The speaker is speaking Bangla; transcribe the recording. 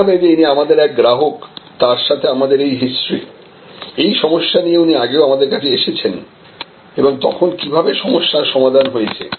বুঝতে হবে যে ইনি আমাদেরই এক গ্রাহক তার সাথে আমাদের এই হিস্টরি এই সমস্যা নিয়ে উনি আগেও আমাদের কাছে এসেছেন এবং তখন কিভাবে সমস্যার সমাধান হয়েছে